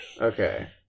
Okay